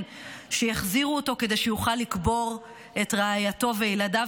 שיחזירו אותו כדי שיוכל לקבור את רעייתו וילדיו,